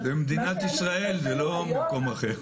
זו מדינת ישראל, זה לא מקום אחר.